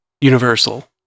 Universal